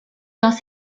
dans